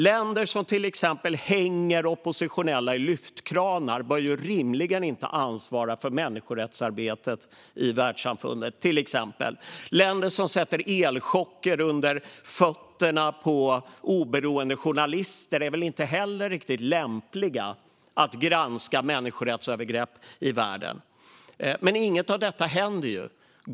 Länder som till exempel hänger oppositionella i lyftkranar bör rimligen inte ansvara för människorättsarbetet i världssamfundet. Länder som sätter elchocker under fötterna på oberoende journalister är väl inte heller riktigt lämpliga att granska människorättsövergrepp i världen. Men inget av detta händer.